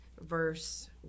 verse